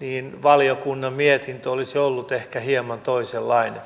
niin valiokunnan mietintö olisi ollut ehkä hieman toisenlainen